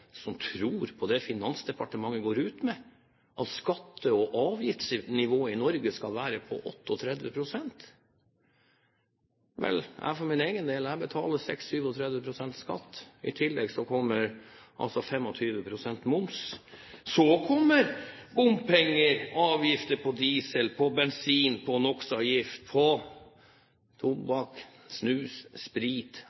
som tror på det Finansdepartementet går ut med, at skatte- og avgiftsnivået i Norge skal være på 38 pst.? For min egen del betaler jeg 36–37 pst. skatt, i tillegg kommer 25 pst. moms. Så kommer bompenger, avgift på diesel, på bensin, på NOx, på